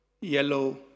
yellow